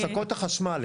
הפסקות החשמל,